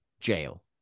jail